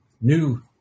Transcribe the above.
new